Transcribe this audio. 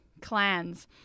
clans